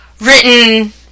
written